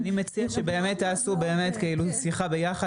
--- אני מציע שתנהלו יחד שיחה.